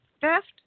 theft